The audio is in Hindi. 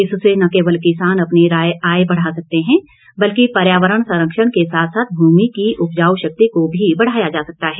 इससे न केवल किसान अपनी आय बढ़ा सकते हैं बल्कि पर्यावरण संरक्षण के साथ साथ भूमि की उपजाऊ शक्ति को भी बढ़ाया जा सकता है